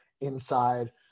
inside